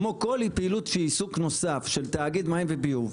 כמו כל פעילות שהיא עיסוק נוסף של תאגיד מים וביוב,